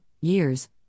years